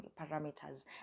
parameters